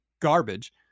garbage